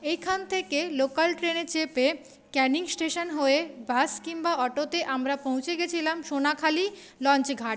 এইখান থেকে লোকাল ট্রেনে চেপে ক্যানিং স্টেশন হয়ে বাস কিংবা অটোতে আমরা পৌঁছে গিয়েছিলাম সোনাখালি লঞ্চঘাট